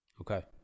Okay